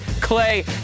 Clay